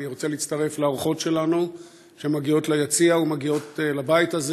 אני רוצה להצטרף לאורחות שלנו שמגיעות ליציע ומגיעות לבית הזה.